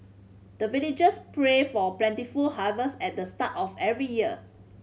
the villagers pray for plentiful harvest at the start of every year